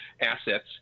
assets